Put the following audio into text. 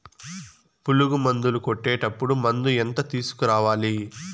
పులుగు మందులు కొట్టేటప్పుడు మందు ఎంత తీసుకురావాలి?